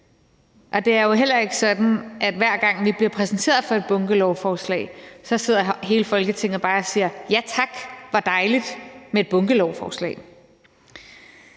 Og det er jo heller ikke sådan, at hver gang vi bliver præsenteret for et bunkelovforslag, sidder hele Folketinget bare og siger: Ja tak, hvor er det dejligt med et bunkelovforslag.